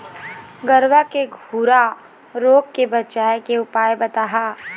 गरवा के खुरा रोग के बचाए के उपाय बताहा?